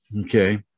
Okay